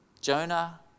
Jonah